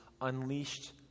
unleashed